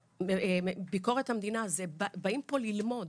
ביקורת המדינה, באים פה ללמוד